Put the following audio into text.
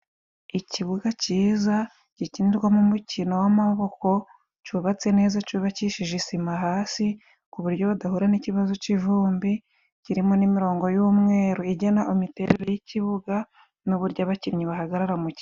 Ikibuga ciza gikinirwamo umukino w'amaboko, cubatse neza cubakishije isima hasi ku buryo badahura n'ikibazo c'ivumbi, kirimo n'imirongo y'umweru igena imiterere y'ikibuga n'uburyo abakinnyi bahagarara mu kibuga.